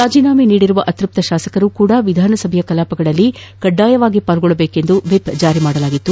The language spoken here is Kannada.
ರಾಜೀನಾಮೆ ನೀಡಿರುವ ಅತ್ಯಪ್ಪ ಶಾಸಕರೂ ಸಹ ವಿಧಾನಸಭೆಯ ಕಲಾಪಗಳಲ್ಲಿ ಕಡ್ನಾಯವಾಗಿ ಪಾಲ್ಗೊಳ್ಳಬೇಕೆಂದು ವಿಪ್ ಜಾರಿ ಮಾಡಲಾಗಿತ್ತು